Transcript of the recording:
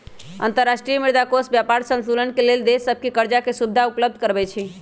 अंतर्राष्ट्रीय मुद्रा कोष व्यापार संतुलन के लेल देश सभके करजाके सुभिधा उपलब्ध करबै छइ